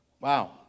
Wow